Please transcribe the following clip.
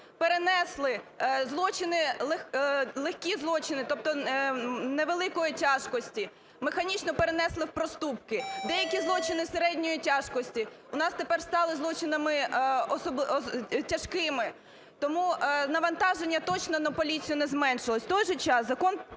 перенесли злочини, легкі злочини, тобто невеликої тяжкості, механічно перенесли в проступки. Деякі злочини середньої тяжкості у нас тепер стали злочинами тяжкими, тому навантаження точно на поліцію не зменшилося.